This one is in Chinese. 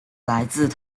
来自